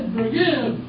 forgive